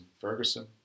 Ferguson